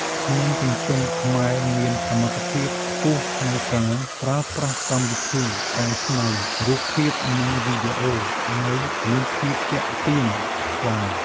ក្មេងជំទង់ខ្មែរមានសមត្ថភាពខ្ពស់ក្នុងការប្រើប្រាស់កម្មវិធីកែច្នៃរូបភាពនិងវីដេអូឱ្យមានភាពទាក់ទាញខ្លាំង។